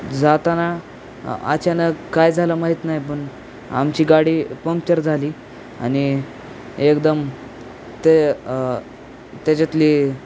जाताना अचानक काय झालं माहीत नाही पण आमची गाडी पंक्चर झाली आणि एकदम ते त्याच्यातली